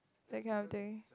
that kind of thing